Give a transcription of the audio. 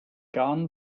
garn